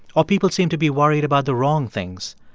or people seem to be worried about the wrong things,